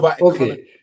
Okay